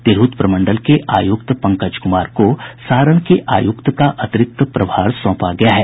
तिरहुत प्रमंडल के आयुक्त पंकज कुमार को सारण के आयुक्त का अतिरिक्त प्रभार सौंपा गया है